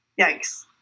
yikes